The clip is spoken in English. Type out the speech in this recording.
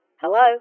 Hello